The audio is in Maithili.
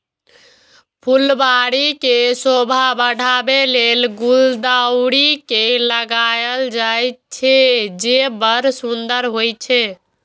फुलबाड़ी के शोभा बढ़ाबै लेल गुलदाउदी के लगायल जाइ छै, जे बड़ सुंदर होइ छै